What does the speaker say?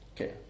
Okay